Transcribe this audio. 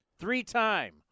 Three-time